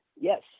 Yes